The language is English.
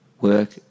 work